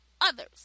others